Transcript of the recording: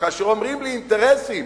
וכאשר אומרים לי: אינטרסים,